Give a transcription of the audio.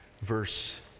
verse